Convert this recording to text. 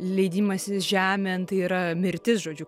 leidimasis žemėn tai yra mirtis žodžiu